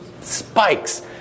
Spikes